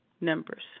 numbers